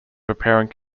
preparing